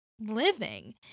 living